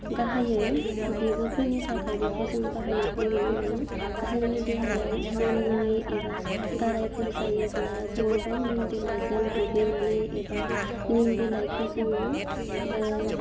गाहायै बिगुरफोरनि थाखाय बेखौ जों बाहायनायखौ जों नुनो मोनो जोंनि देहायाव मान्नाय एबा गारायफोर जायोब्ला जोङो बे निम बिलाइजों दुगैनानै एबा निम बिलाइखौ जोङो ओह